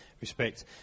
respect